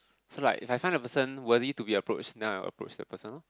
so like if I find a person willing to be approached then I approach the person lor